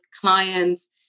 clients